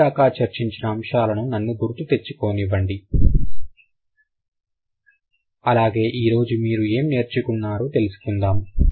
ఇప్పటిదాకా చర్చించిన అంశాలను నన్ను గుర్తు తెచ్చుకో నివ్వండి అలాగే ఈరోజు మీరు ఏం నేర్చుకున్నారు తెలుసుకుందాం